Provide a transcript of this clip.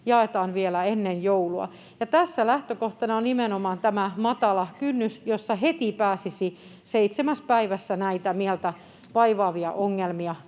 jaetaan vielä ennen joulua. Tässä lähtökohtana on nimenomaan tämä matala kynnys, jolloin pääsisi heti, seitsemässä päivässä, näitä mieltä vaivaavia ongelmia